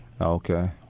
Okay